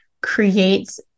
creates